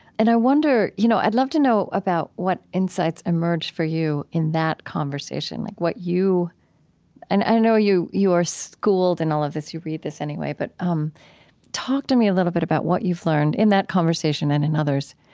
and i wonder, you know i'd love to know about what insights emerged for you in that conversation, like what you and i know that you are schooled in all of this, you read this anyway. but um talk to me a little bit about what you've learned, in that conversation and in and others,